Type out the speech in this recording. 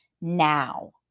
now